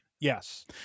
Yes